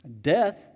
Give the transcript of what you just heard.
Death